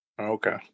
Okay